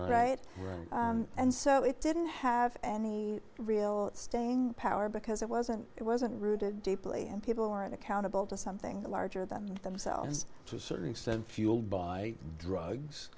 right and so it didn't have any real staying power because it wasn't it wasn't rooted deeply in people or an accountable to something larger than themselves to a certain extent fuelled by drugs